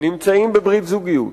נמצאים בברית זוגיות,